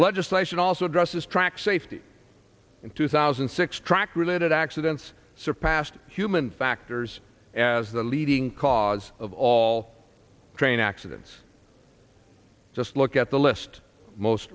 legislation also addresses track safety in two thousand and six track related accidents surpassed human factors as the leading cause of all train accidents just look at the list most